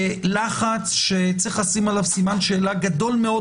בלחץ שצריך לשים עליו סימן שאלה גדול מאוד,